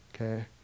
okay